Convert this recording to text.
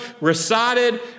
recited